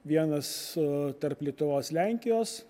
vienas tarp lietuvos lenkijos